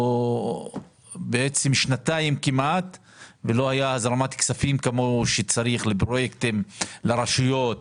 כמעט שנתיים לא הייתה הזרמת כספים כפי שצריך לפרויקטים של הרשויות,